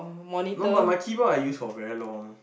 no but my keyboard I use for very long